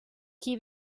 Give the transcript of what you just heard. qui